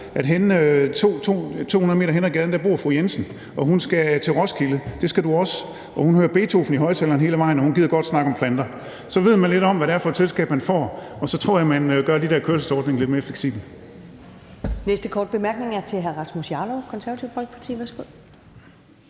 at 200 m henne ad gaden bor fru Jensen, og hun skal til Roskilde, og det skal du også, og hun hører Beethoven i højtaleren hele vejen, og hun gider godt snakke om planter. Så ved man lidt om, hvad det er for et selskab, man får, og så tror jeg, man gør de der kørselsordninger lidt mere fleksible.